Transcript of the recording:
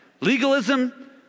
Legalism